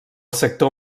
sector